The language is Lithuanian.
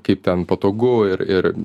kaip ten patogu ir ir